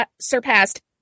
surpassed